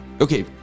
okay